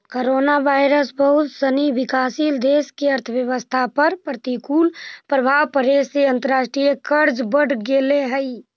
coronavirus बहुत सनी विकासशील देश के अर्थव्यवस्था पर प्रतिकूल प्रभाव पड़े से अंतर्राष्ट्रीय कर्ज बढ़ गेले हई